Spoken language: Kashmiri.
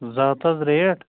زٕ ہَتھ حظ ریٹھ